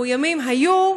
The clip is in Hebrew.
מאוימים היו,